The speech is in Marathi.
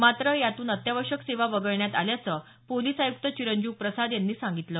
मात्र यातून अत्यावश्यक सेवा वगळण्यात आल्याचं पोलिस आयुक्त चिरंजीव प्रसाद यांनी सांगितलं